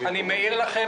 להתחיל במיידי.